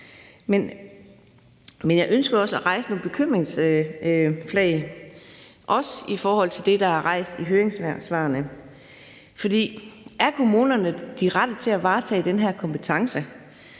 Men jeg ønsker også at hejse nogle bekymringsflag, også i forhold til det, der er rejst i høringssvarene. For er kommunerne de rette til at varetage den her kompetence?